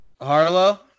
Harlow